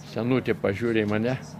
senutė pažiūri į mane